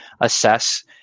assess